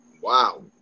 wow